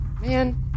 Man